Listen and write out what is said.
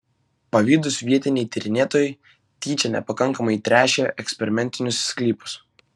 pavydūs vietiniai tyrinėtojai tyčia nepakankamai tręšė eksperimentinius sklypus